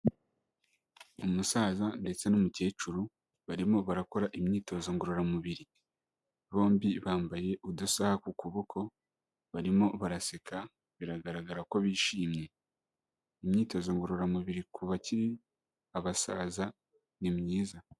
Umusaza ndetse n'umukecuru barimo barakora imyitozo ngororamubiri, bombi bambaye udusaha ku kuboko barimo baraseka biragaragara ko bishimye, Imyitozo ngororamubiri ku bakiri abasaza ni myiza.